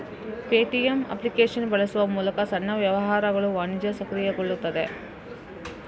Paytm application ಬಳಸುವ ಮೂಲಕ ಸಣ್ಣ ವ್ಯವಹಾರಗಳ ವಾಣಿಜ್ಯ ಸಕ್ರಿಯಗೊಳ್ಳುತ್ತದೆ